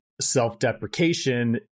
self-deprecation